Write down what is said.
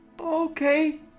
Okay